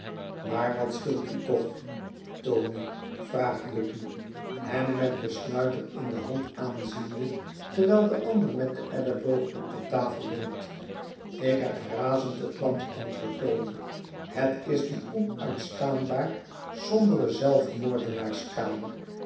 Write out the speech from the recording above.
maar wat scheelt u toch tony vraagt guppy hem mét den snuiter in de hand aanziende terwijl de ander met den elleboog op de tafel leunt ik heb razend het land antwoordt tony het is die onuitstaanbaar sombere zelfmoordenaarskamer